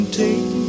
take